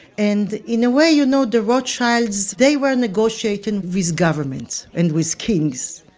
and in a way, you know, the rothschilds, they were negotiating with governments, and with kings,